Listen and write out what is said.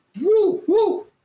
woo-woo